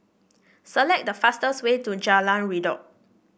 select the fastest way to Jalan Redop